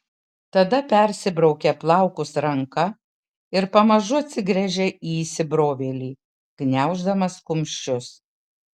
tada persibraukia plaukus ranka ir pamažu atsigręžia į įsibrovėlį gniauždamas kumščius